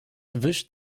wischt